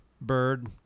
Bird